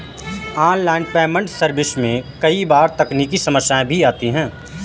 online payment service में कई बार तकनीकी समस्याएं भी आती है